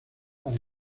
para